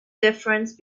difference